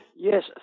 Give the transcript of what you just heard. Yes